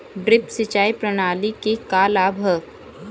Drip सिंचाई प्रणाली के का लाभ ह?